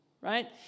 Right